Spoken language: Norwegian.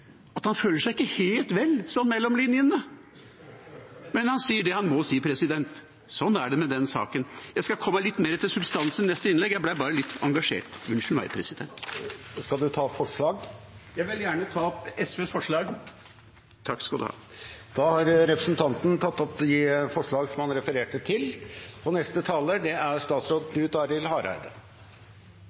at han ikke føler seg helt vel, sånn mellom linjene, men han sier det han må si. Sånn er det med den saken. Jeg skal komme litt mer til substansen i neste innlegg. Jeg ble bare litt engasjert – unnskyld meg, president. Men jeg tar opp SVs forslag i saken. Representanten Arne Nævra har tatt opp de forslagene han refererte til. Regjeringa har ein ambisjon om å binde Vestlandet saman med ein opprusta og ferjefri E39. Dette er